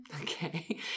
Okay